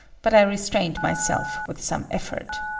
but i restrained myself with some effort.